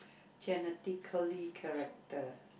genetically character